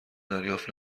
دریافت